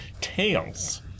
tails